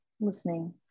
listening